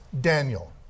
Daniel